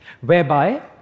whereby